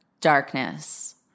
darkness